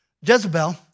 Jezebel